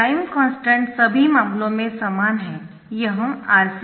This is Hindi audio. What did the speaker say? टाइम कॉन्स्टन्ट सभी मामलों में समान है यह R c है